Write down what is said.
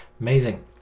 Amazing